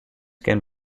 can